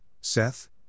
Seth